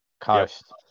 Coast